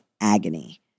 agony